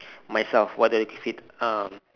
myself what do I keep fit um